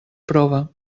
prova